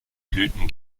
blüten